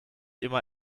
immer